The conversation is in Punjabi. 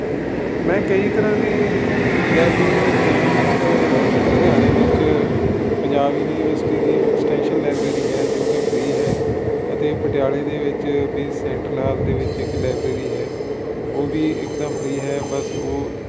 ਮੈਂ ਕਈ ਤਰ੍ਹਾਂ ਦੀ ਲਾਇਬ੍ਰੇਰੀਆਂ 'ਚ ਗਿਆਂ ਇੱਕ ਲੁਧਿਆਣੇ ਵਿੱਚ ਪੰਜਾਬ ਯੂਨੀਵਰਸਿਟੀ ਦੀ ਐਕਸਟੈਂਸ਼ਨ ਲਾਇਬ੍ਰੇਰੀ ਹੈ ਜੋ ਕਿ ਫਰੀ ਹੈ ਅਤੇ ਪਟਿਆਲੇ ਦੇ ਵਿੱਚ ਵੀ ਸੈਂਟਰ ਹਾਲ ਦੇ ਵਿੱਚ ਇੱਕ ਲਾਇਬ੍ਰੇਰੀ ਹੈ ਉਹ ਵੀ ਇੱਕਦਮ ਫਰੀ ਹੈ ਬਸ ਉਹ